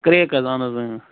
crack حظ اہَن حظ اۭں